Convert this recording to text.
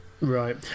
Right